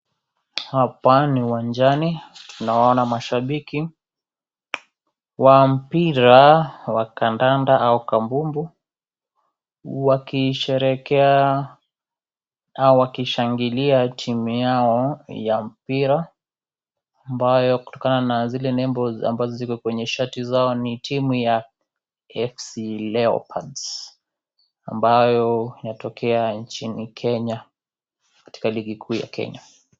Hapa ni uwanjani tunawaona mashabiki wa mpira wa kandanda au kambumbu wakisherehekea au wakishangilia timu Yao ya mpira ambayo kutokana na zile nembo ambazo ziko kwenye shati Yao ni timi ya FC Leopards. ambayo inatokea nchini Kenya katika ligi kuu ya Kenya.